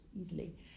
easily